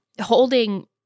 holding